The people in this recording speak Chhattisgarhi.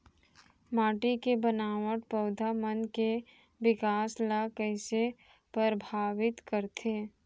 माटी के बनावट पौधा मन के बिकास ला कईसे परभावित करथे